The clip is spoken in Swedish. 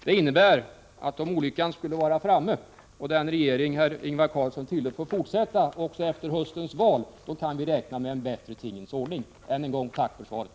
Det innebär, att om olyckan skulle vara framme och den regering som herr Ingvar Carlsson tillhör får fortsätta att regera också efter hösten val, kan vi räkna med en bättre tingens ordning. Jag säger än en gång: Tack för svaret.